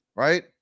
Right